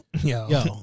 yo